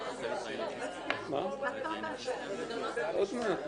מבקשת התייעצות סיעתית לפני הצבעה.